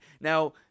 Now